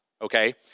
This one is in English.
Okay